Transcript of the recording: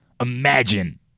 Imagine